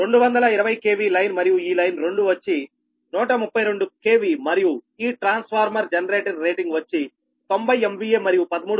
220 KV line మరియు ఈ line రెండు వచ్చి 132 KV మరియు ఈ ట్రాన్స్ఫార్మర్ జనరేటర్ రేటింగ్ వచ్చి 90 MVA మరియు 13